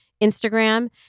Instagram